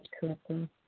correctly